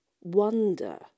wonder